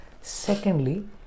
Secondly